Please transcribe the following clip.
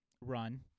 run